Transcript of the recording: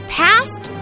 past